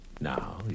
Now